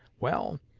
well,